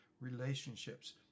relationships